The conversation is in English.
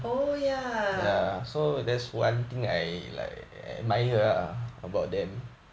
oh ya